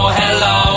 hello